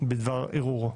בדבר ערעורו.